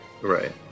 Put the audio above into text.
Right